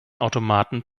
automaten